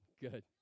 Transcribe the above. good